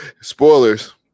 spoilers